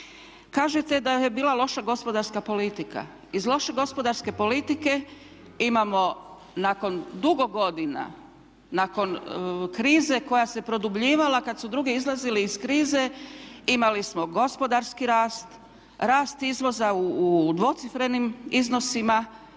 Kažete da je bila loša gospodarska politika. Iz loše gospodarske politike imamo nakon dugo godina, nakon krize koja se produbljivala kad su drugi izlazili iz krize imali smo gospodarski rast, rast izvoza u dvocifrenim iznosima,